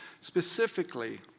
Specifically